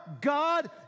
God